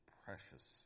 precious